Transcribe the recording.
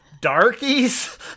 darkies